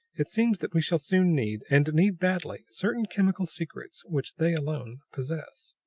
it seems that we shall soon need, and need badly, certain chemical secrets which they alone possess.